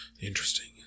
interesting